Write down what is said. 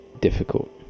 difficult